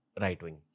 right-wing